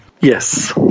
Yes